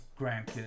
grandkids